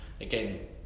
again